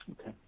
Okay